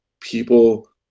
people